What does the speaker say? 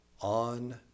on